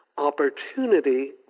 opportunity